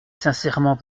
sincèrement